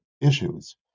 issues